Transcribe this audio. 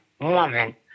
woman